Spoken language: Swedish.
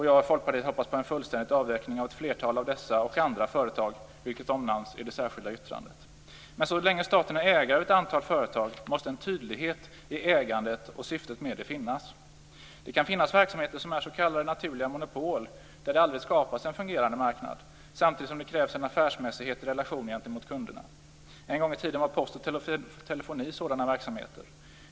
Jag och Folkpartiet hoppas på en fullständig avveckling härav i ett flertal av dessa och andra företag, vilket omnämns i det särskilda yttrandet. Men så länge staten är ägare av ett antal företag måste en tydlighet i ägandet och syftet med det finnas. Det kan finnas verksamheter som är s.k. naturliga monopol, där det aldrig skapas en fungerande marknad. Samtidigt krävs det en affärsmässighet i relationerna gentemot kunderna. En gång i tiden var post och telefoni sådana verksamheter.